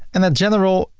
and in general,